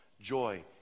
joy